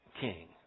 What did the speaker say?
king